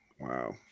Wow